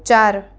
चार